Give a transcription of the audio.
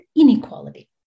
inequality